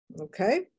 okay